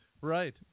Right